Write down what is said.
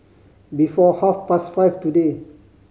before half past five today